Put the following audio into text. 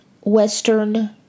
Western